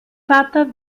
vater